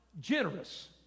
generous